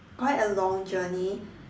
quite a long journey